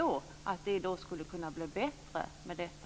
Då skulle det kunna bli bättre med detta.